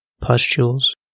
pustules